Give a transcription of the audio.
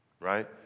Right